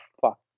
fuck